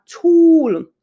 tool